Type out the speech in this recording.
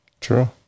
True